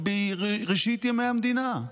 בראשית ימי המדינה,